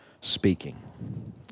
speaking